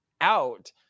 out